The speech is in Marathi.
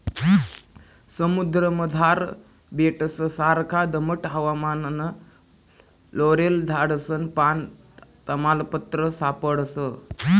समुद्रमझार बेटससारखा दमट हवामानमा लॉरेल झाडसनं पान, तमालपत्र सापडस